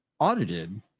Audited